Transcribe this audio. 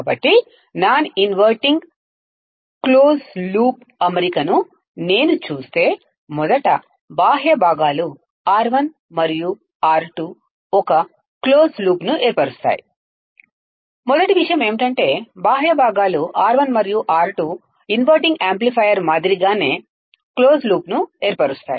కాబట్టినాన్ inverting close loop అమరికను నేను చూస్తే మొదట బాహ్య భాగాలు R1 మరియు R2 ఒక క్లోజ్డ్ లూప్ను ఏర్పరుస్తాయి మొదటి విషయం ఏమిటంటే బాహ్య భాగాలు R1 మరియు R2 ఇన్వర్టింగ్ యాంప్లిఫైయర్ మాదిరిగానే క్లోజ్డ్ లూప్ను ఏర్పరుస్తాయి